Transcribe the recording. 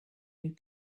you